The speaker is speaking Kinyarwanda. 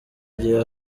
gihe